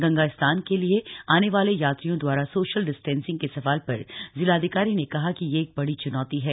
गंगा स्नान के लिये आने वाले यात्रियों द्वारा सोशल डिस्टेंसिंग के सवाल पर जिलाधिकारी ने कहा कि यह एक बड़ी च्नौती है